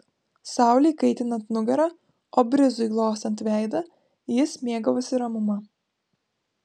saulei kaitinant nugarą o brizui glostant veidą jis mėgavosi ramuma